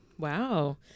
Wow